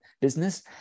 business